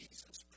Jesus